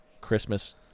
Christmas